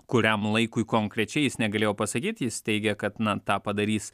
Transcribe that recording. kuriam laikui konkrečiai jis negalėjo pasakyti jis teigė kad na tą padarys